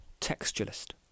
textualist